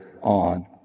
on